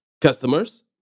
customers